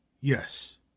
yes